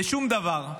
בשום דבר,